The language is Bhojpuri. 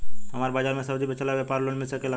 हमर बाजार मे सब्जी बेचिला और व्यापार लोन मिल सकेला?